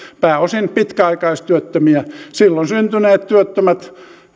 pääosin pitkäaikaistyöttömiä silloin syntyneet työttömät